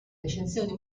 recensioni